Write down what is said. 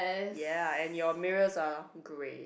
ya and your mirrors are grey